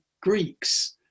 Greeks